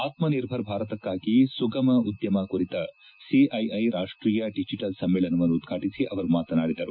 ಆತ್ಮಿರ್ಭರ್ ಭಾರತಕ್ಕಾಗಿ ಸುಗಮ ಉದ್ಯಮ ಕುರಿತ ಸಿಐಐ ರಾಷ್ಟೀಯ ಡಿಜಿಟಲ್ ಸಮ್ಮೇಳನವನ್ನು ಉದ್ಘಾಟಿಸಿ ಅವರು ಮಾತನಾಡಿದರು